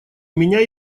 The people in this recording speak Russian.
меня